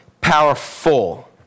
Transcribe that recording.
powerful